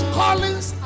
callings